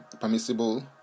permissible